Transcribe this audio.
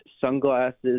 sunglasses